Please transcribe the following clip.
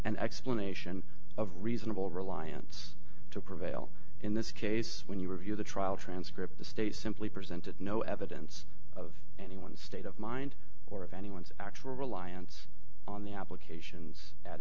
an explanation of reasonable reliance to prevail in this case when you review the trial transcript the state simply presented no evidence of any one state of mind or of anyone's actual reliance on the applications at